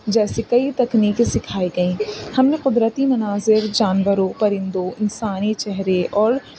جیسے کئی تکنیکیں سکھائی گئیں ہمیں قدرتی مناظر جانوروں پرندوں انسانی چہرے اور